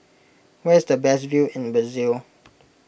where is the best view in Brazil